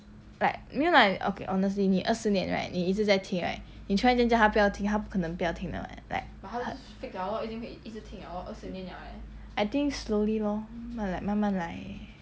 like 没有 like okay honestly 二十年 right 你一直在听 right 你突然间叫他不要听他不可能不要听的 [what] like I think slowly lor like 慢慢来